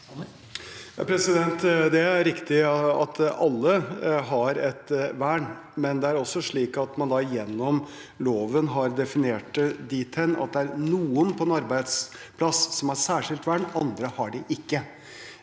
Det er riktig at alle har et vern, men det er også slik at man gjennom loven har definert det dit hen at det er noen på en arbeidsplass som har særskilt vern, og andre har det ikke.